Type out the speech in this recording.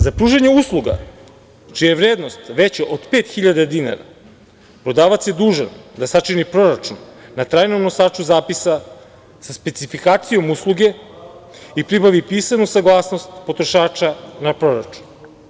Za pružanje usluga čija je vrednost veća od 5.000 dinara, prodavac je dužan da sačini proračun na trajnom nosaču zapisa sa specifikacijom usluge i pribavi pisanu saglasnost potrošača na proračun.